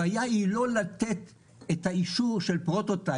הבעיה היא לא לתת את האישור של פרוטו-טייפ,